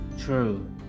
true